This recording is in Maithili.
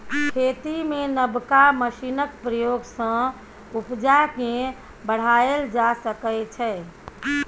खेती मे नबका मशीनक प्रयोग सँ उपजा केँ बढ़ाएल जा सकै छै